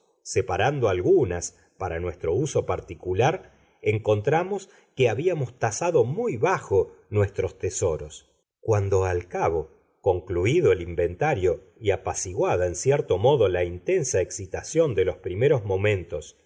separando algunas para nuestro uso particular encontramos que habíamos tasado muy bajo nuestros tesoros cuando al cabo concluído el inventario y apaciguada en cierto modo la intensa excitación de los primeros momentos